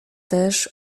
też